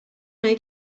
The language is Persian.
مگه